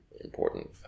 important